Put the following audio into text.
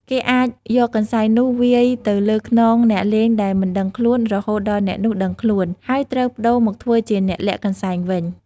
គេអាចយកកន្សែងនោះវាយទៅលើខ្នងអ្នកលេងដែលមិនដឹងខ្លួន រហូតដល់អ្នកនោះដឹងខ្លួន ហើយត្រូវប្ដូរមកធ្វើជាអ្នកលាក់កន្សែងវិញ ។